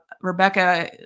Rebecca